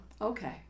Okay